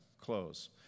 close